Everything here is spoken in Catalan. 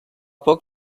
poc